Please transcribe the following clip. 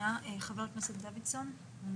יחליף אותי חבר הכנסת סימון דוידסון למספר